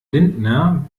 lindner